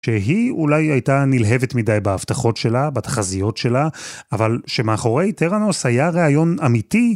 שהיא אולי הייתה נלהבת מדי בהבטחות שלה, בתחזיות שלה, אבל שמאחורי טראנוס היה רעיון אמיתי...